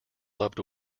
loved